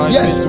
Yes